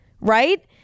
right